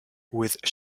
with